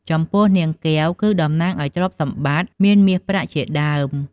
ចំពោះនាងកែវ គឺតំណាងឲ្យទ្រព្យសម្បត្តិ មានមាសប្រាក់ជាដើម ។